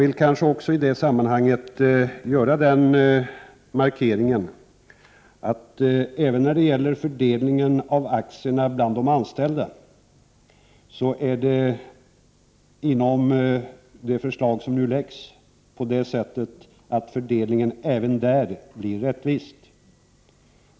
I det sammanhanget vill jag också göra den markeringen, att även inom ramen för det förslag som nu läggs fram blir fördelningen av aktier bland de anställda rättvis.